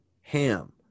ham